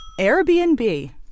Airbnb